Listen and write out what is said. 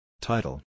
Title